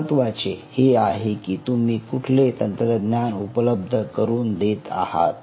महत्वाचे हे आहे की तुम्ही कुठले तंत्रज्ञान उपलब्ध करून देत आहात